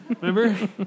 Remember